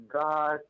God